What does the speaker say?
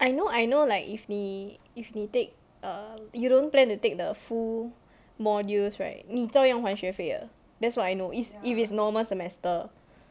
I know I know like if 你 if 你 take err you don't plan to take the full modules right 你照样还学费的 that's what I know is if it's normal semester